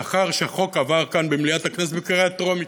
לאחר שהחוק עבר כאן במליאת הכנסת בקריאה טרומית,